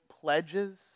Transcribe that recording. pledges